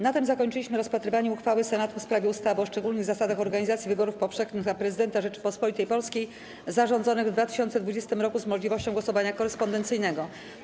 Na tym zakończyliśmy rozpatrywanie uchwały Senatu w sprawie ustawy o szczególnych zasadach organizacji wyborów powszechnych na prezydenta Rzeczypospolitej Polskiej zarządzonych w 2020 r. z możliwością głosowania korespondencyjnego.